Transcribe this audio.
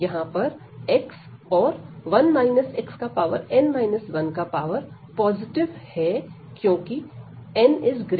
यहां पर x और 1 xn 1 का पावर पॉजिटिव है क्योंकि n≥1